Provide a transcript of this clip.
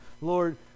Lord